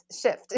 shift